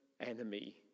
enemy